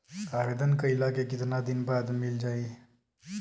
आवेदन कइला के कितना दिन बाद मिल जाई?